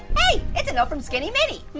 hey, it's a not from skinny mini.